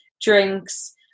drinks